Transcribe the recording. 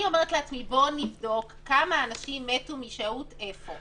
אני אומרת לעצמי: בואו נבדוק כמה אנשים מתו משהות איפה.